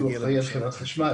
וגם חברת החשמל,